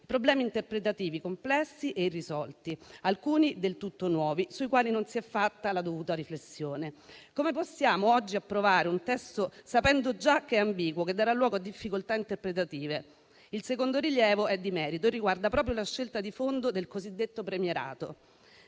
problemi interpretativi complessi e irrisolti, alcuni del tutto nuovi, sui quali non si è fatta la dovuta riflessione. Come possiamo oggi approvare un testo, sapendo già che è ambiguo e darà luogo a difficoltà interpretative? Il secondo rilievo è di merito e riguarda proprio la scelta di fondo del cosiddetto premierato.